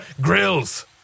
Grills